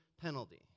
penalty